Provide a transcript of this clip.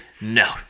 No